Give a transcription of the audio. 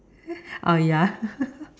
oh ya